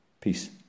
peace